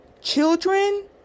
Children